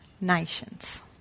nations